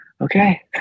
okay